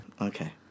Okay